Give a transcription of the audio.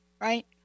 Right